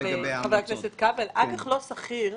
חבר הכנסת כבל, אג"ח לא סחיר,